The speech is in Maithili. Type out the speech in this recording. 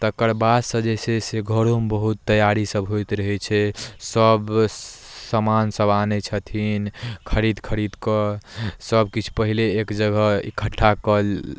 तकर बादसँ जे छै से घरोमे बहुत तैयारी सभ होइत रहै छै सभ सामानसभ आनै छथिन खरीद खरीद कऽ सभ किछु पहिले एक जगह इकठ्ठा कयल